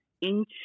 inch